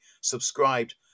subscribed